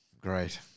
great